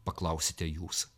paklausite jūs